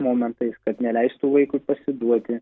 momentais kad neleistų vaikui pasiduodi